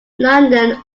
london